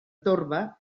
torba